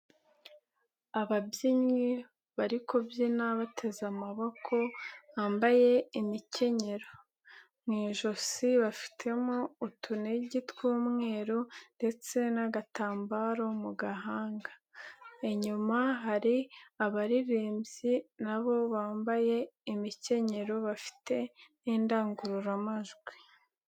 Ababyinnyi bari kubyina bateze amaboko, bambaye imikenyero, mu ijosi bafitemo utunigi tw'umweru ndetse n'agatambaro mu gahanga, inyuma hari abaririmbyi na bo bambaye imikenyero bafite n'indangururamajwi.